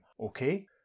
okay